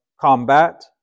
combat